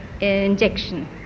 injection